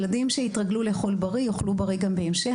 ילדים שהתרגלו לאכול בריא יאכלו בריא גם בהמשך,